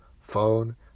phone